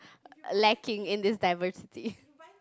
lacking in this diversity